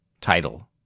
title